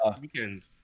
weekend